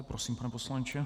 Prosím, pane poslanče.